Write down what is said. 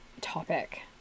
topic